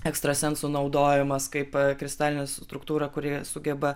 ekstrasensų naudojamas kaip kristalinė struktūra kuri sugeba